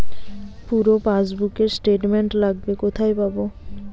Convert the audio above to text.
পুরো পাসবুকের স্টেটমেন্ট লাগবে কোথায় পাব?